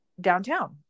downtown